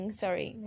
sorry